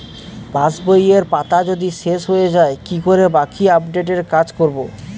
পাসবইয়ের পাতা যদি শেষ হয়ে য়ায় কি করে বাকী আপডেটের কাজ করব?